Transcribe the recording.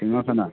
नुवा खोना